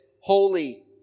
holy